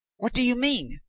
what do you mean?